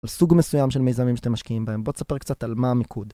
על סוג מסוים של מיזמים שאתם משקיעים בהם בואו נספר קצת על מה המיקוד